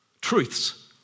truths